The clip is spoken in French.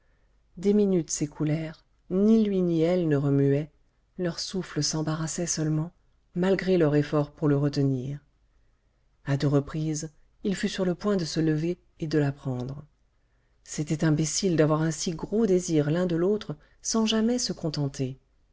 des minutes s'écoulèrent ni lui ni elle ne remuait leur souffle s'embarrassait seulement malgré leur effort pour le retenir a deux reprises il fut sur le point de se lever et de la prendre c'était imbécile d'avoir un si gros désir l'un de l'autre sans jamais se contenter